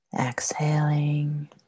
exhaling